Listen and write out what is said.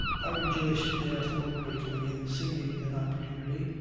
i rejoiced therefore greatly in seeing an opportunity,